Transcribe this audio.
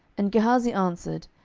and gehazi answered,